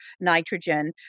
nitrogen